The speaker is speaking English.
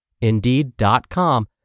Indeed.com